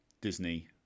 Disney